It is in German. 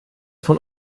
von